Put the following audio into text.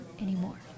anymore